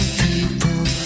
people